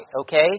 okay